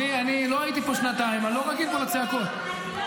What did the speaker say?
אני לא הייתי פה שנתיים, אני לא רגיל לצעקות פה.